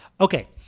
Okay